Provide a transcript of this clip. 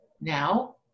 Now